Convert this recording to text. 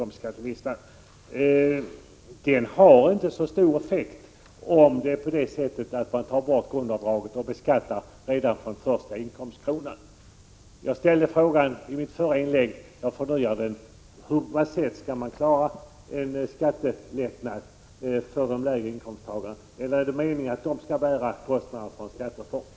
Men det blir inte så stor effekt om man tar bort grundavdraget och beskattar redan från den första inkomstkronan. Jag frågade i mitt förra inlägg, och jag förnyar frågan nu: På vad sätt skall man åstadkomma skattelättnader för de lägre inkomsttagarna — eller är det meningen att de skall bära kostnaderna för en skattereform?